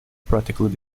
practically